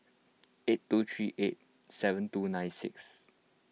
eight two three eight seven two nine six